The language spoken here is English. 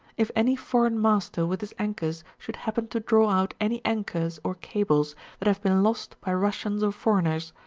if any foreign master with his anchors should happen to draw out any anchors or cables that have been lost by russians or foreigners,